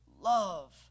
love